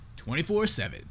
24-7